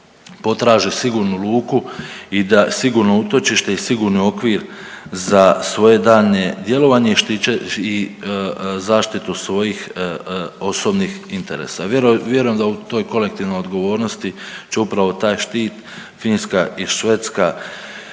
potraže sigurnu luku i da, sigurno utočište i sigurni okvir za svoje daljnje djelovanje i zaštitu svojih osobnih interesa. Vjerujem da u toj kolektivnoj odgovornosti će upravo taj štit Finska i Švedska,